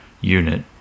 unit